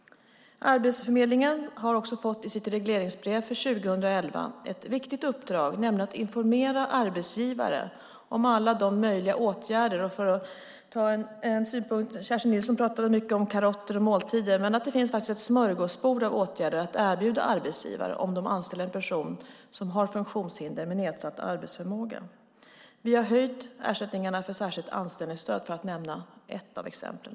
I sitt regleringsbrev för 2011 har Arbetsförmedlingen fått ett viktigt uppdrag, nämligen att informera arbetsgivare om alla de möjliga åtgärder som finns. Kerstin Nilsson pratade mycket om karotter och måltider. Det finns faktiskt ett smörgåsbord av åtgärder att erbjuda arbetsgivare om de anställer en person som har funktionshinder med nedsatt arbetsförmåga. Vi har höjt ersättningarna för särskilt anställningsstöd för att nämna ett exempel.